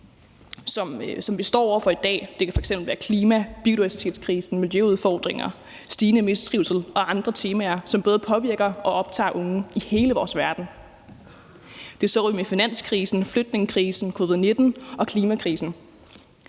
som vi står over for i dag. Det kan f.eks. være klimaet, biodiversitetskrisen, miljøudfordringer, stigende mistrivsel og andre temaer, som både påvirker og optager unge i hele vores verden. Det så vi med finanskrisen, flygtningekrisen, covid-19 og klimakrisen.